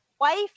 Wife